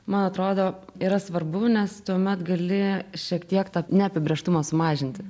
man atrodo yra svarbu nes tuomet gali šiek tiek tą neapibrėžtumą sumažinti